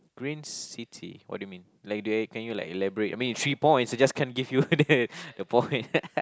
green city what do you mean like do can you like elaborate I mean it's three point so just can't give the the point